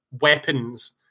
weapons